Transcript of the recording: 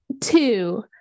two